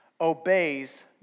obeys